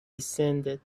descended